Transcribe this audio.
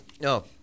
No